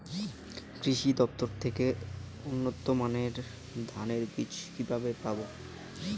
কৃষি দফতর থেকে উন্নত মানের ধানের বীজ কিভাবে পাব?